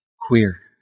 Queer